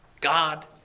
God